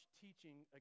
teaching